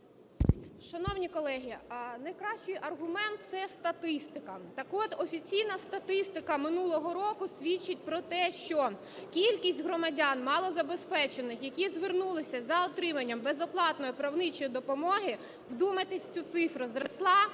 Шановні колеги, найкращий аргумент – це статистика. Так от офіційна статистика минулого року свідчить про те, що кількість громадян малозабезпечених, які звернулися за отриманням безоплатної правничої допомоги, вдумайтесь в цю цифру, зросла